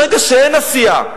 ברגע שאין עשייה,